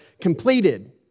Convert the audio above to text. completed